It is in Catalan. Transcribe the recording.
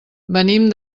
venim